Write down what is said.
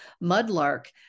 Mudlark